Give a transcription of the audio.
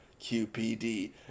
QPD